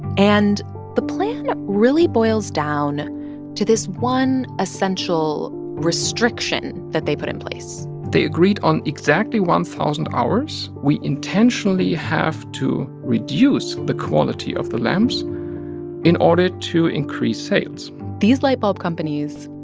and the plan really boils down to this one essential restriction that they put in place they agreed on exactly one thousand hours. we intentionally have to reduce the quality of the lamps in order to increase sales these light bulb companies,